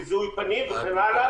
זיהוי פנים וכן הלאה.